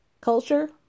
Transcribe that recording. culture